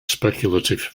speculative